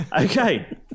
Okay